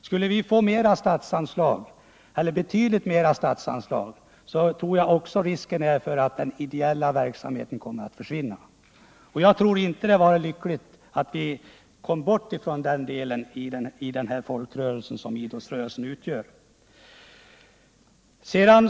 Skulle idrottsrörelsen få betydligt större statsanslag finns det risk för att den ideella verksamheten försvinner. Jag tror inte att det vore lyckligt om det ideella inslaget i den folkrörelse som idrotten är försvann.